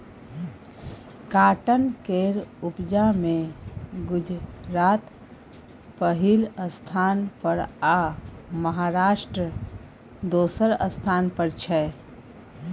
cotton केर उपजा मे गुजरात पहिल स्थान पर आ महाराष्ट्र दोसर स्थान पर छै